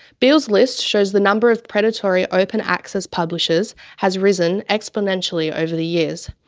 beall's list shows the number of predatory open access publishers has risen exponentially over the years,